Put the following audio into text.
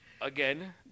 again